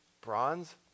bronze